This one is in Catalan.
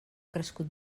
crescut